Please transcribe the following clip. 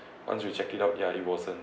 once you check it out yeah it wasn't